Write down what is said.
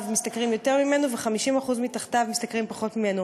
משתכרים יותר ממנו ו-50% מתחתיו משתכרים פחות ממנו.